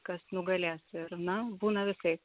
kas nugalės ir na būna visaip